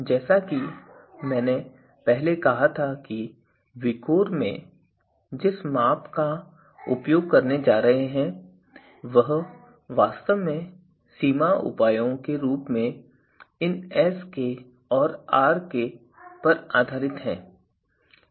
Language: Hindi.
जैसा कि मैंने पहले कहा था कि हम विकोर में जिस माप का उपयोग करने जा रहे हैं वह वास्तव में सीमा उपायों के रूप में इन Sk और Rk पर आधारित है